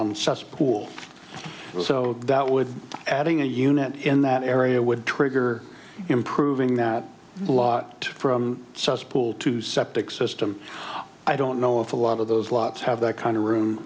on cesspool so that would adding a unit in that area would trigger improving that lot from pool to septic system i don't know if a lot of those lots have that kind of room